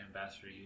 ambassador